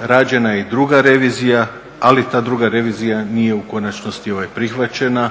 rađena je i druga revizija ali ta druga revizija nije u konačnosti prihvaćena.